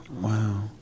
wow